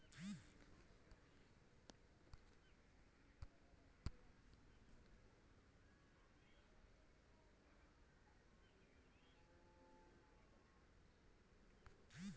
दूधवा और दहीया के मलईया से धी निकाल्ल जाहई